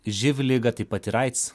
živ ligą taip pat ir aids